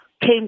came